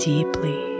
Deeply